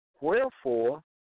Wherefore